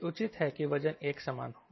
यह उचित है कि वजन एक समान हो